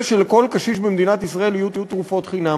שלכל קשיש במדינת ישראל יהיו תרופות חינם.